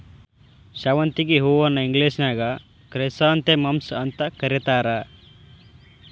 ಶಾವಂತಿಗಿ ಹೂವನ್ನ ಇಂಗ್ಲೇಷನ್ಯಾಗ ಕ್ರೈಸಾಂಥೆಮಮ್ಸ್ ಅಂತ ಕರೇತಾರ